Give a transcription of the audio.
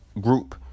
group